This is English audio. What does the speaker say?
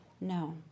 No